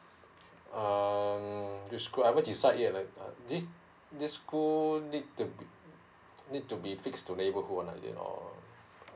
mmhmm kind of decide yet leh this this school need to need to be fixed to neighborhood or not yeah or